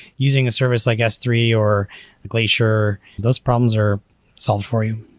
using a service like s three or glacier, those problems are solved for you.